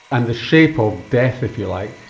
and the shape of death, if you like,